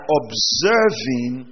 observing